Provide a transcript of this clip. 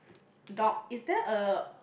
dog is there a